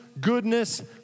goodness